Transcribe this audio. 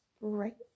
right